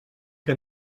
que